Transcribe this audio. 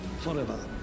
forever